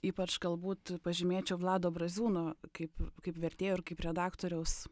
ypač galbūt pažymėčiau vlado braziūno kaip kaip vertėjo ir kaip redaktoriaus